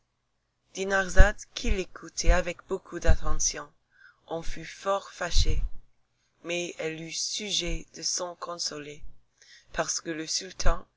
qui l'écoutait avec beaucoup d'attention en fut fort fâchée mais elle eut sujet de s'en consoler parce que le sultan